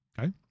Okay